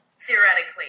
Theoretically